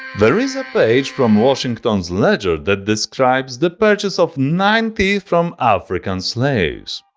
there is a page from washington's ledger that describes the purchase of nine teeth from african slaves.